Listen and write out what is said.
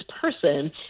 person